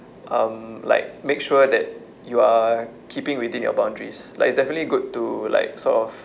um like make sure that you are keeping within your boundaries like it's definitely good to like sort of